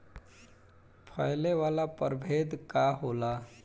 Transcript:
फैले वाला प्रभेद का होला?